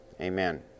Amen